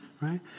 right